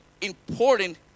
important